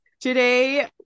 today